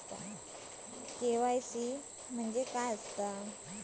KYC म्हणजे काय आसा?